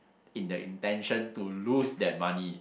in that intention to lose that money